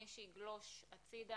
מי שיגלוש הצידה,